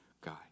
guy